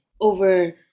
over